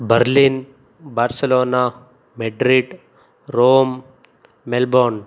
Berlin Barcelona Madrid Rome Melbourne